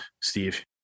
Steve